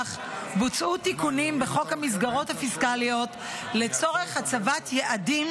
לפיכך בוצעו תיקונים בחוק המסגרות הפיסקליות לצורך הצבת יעדים